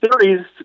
series